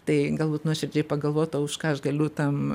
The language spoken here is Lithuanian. tai galbūt nuoširdžiai pagalvot o už ką aš galiu tam